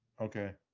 okay